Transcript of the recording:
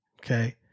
okay